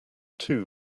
two